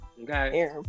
okay